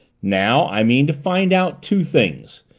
now i mean to find out two things,